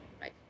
right